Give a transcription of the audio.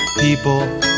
people